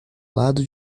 lado